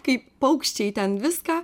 kaip paukščiai ten viską